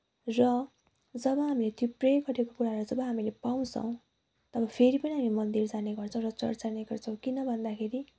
र जब हामीहरू त्यो प्रे गरेको कुराहरू जब हामीले पाउँछौ तब फेरि पनि हामी मन्दिर जाने गर्छौँ र चर्च जाने गर्छौँ किन भन्दाखेरि